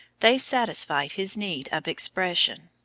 they satisfied his need of expression.